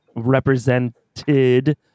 represented